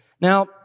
Now